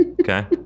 Okay